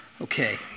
Okay